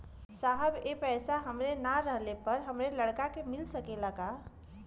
साहब ए पैसा हमरे ना रहले पर हमरे लड़का के मिल सकेला का?